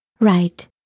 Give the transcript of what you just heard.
Right